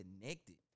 connected